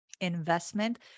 investment